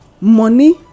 money